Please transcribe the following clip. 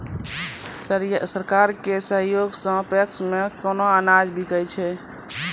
सरकार के सहयोग सऽ पैक्स मे केना अनाज बिकै छै?